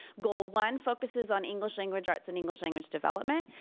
goal one focuses on english language arts and english language development.